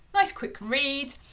like quick read.